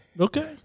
Okay